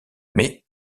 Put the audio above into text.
mais